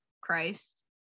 Christ